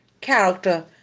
character